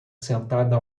sentada